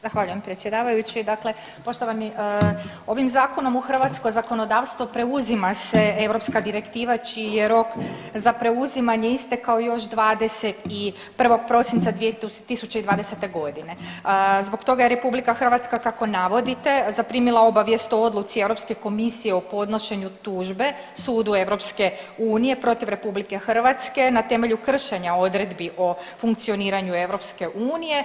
Zahvaljujem predsjedavajući, dakle poštovani, ovim Zakonom u hrvatsko zakonodavstvo preuzima se europska direktiva čiji je rok za preuzimanje istekao još 21. prosinca 2020. g. zbog toga jer je RH kako navodite, zaprimila obavijest o odluci EU komisije o podnošenju tužbe sudu EU protiv RH na temelju kršenja odredbi o funkcioniranju EU.